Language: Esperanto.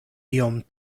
iom